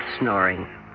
snoring